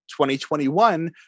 2021